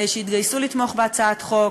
והוא: